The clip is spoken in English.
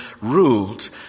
ruled